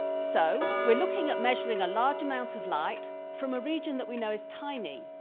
so we're looking at measuring a large amount of light from a region that we know is tiny.